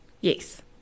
Yes